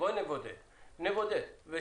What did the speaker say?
בואי נבודד ב-7,